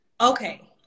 okay